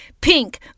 Pink